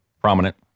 Prominent